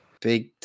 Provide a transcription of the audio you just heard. big